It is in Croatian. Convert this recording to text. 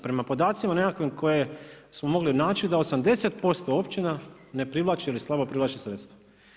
Prema podacima nekakvim koje smo mogli naći da 80% općina ne privlači ili slabo privlači sredstva.